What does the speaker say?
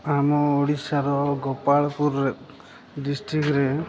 ଆମ ଓଡ଼ିଶାର ଗୋପାଳପୁର ଡିଷ୍ଟ୍ରିକ୍ରେ